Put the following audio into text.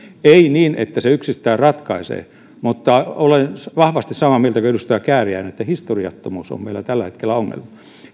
ei niin että se yksistään ratkaisee mutta olen vahvasti samaa mieltä kuin edustaja kääriäinen että historiattomuus on meillä tällä hetkellä ongelma